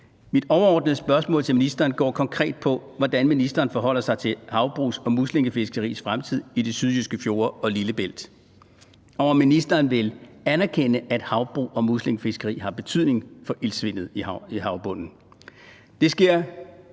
Mit overordnede spørgsmål til ministeren går konkret på, hvordan ministeren forholder sig til havbrugs og muslingefiskeris fremtid i de sydjyske fjorde og Lillebælt. Vil ministeren anerkende, at havbrug og muslingefiskeri har betydning for iltsvindet i havbunden?